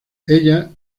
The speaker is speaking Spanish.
ella